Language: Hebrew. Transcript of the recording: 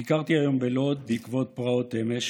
ביקרתי היום בלוד, בעקבות פרעות אמש.